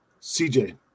CJ